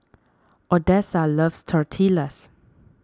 Odessa loves Tortillas